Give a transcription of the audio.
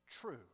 true